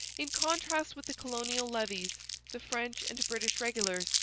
in contrast with the colonial levies the french and british regulars,